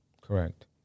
Correct